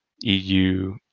EU